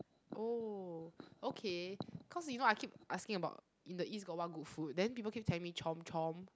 oh okay cause you know I keep asking about in the East got what good food then people keep telling me chomp-chomp